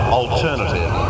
alternative